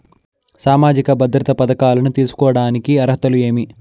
సామాజిక భద్రత పథకాలను తీసుకోడానికి అర్హతలు ఏమి?